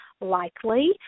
likely